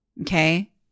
Okay